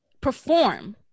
perform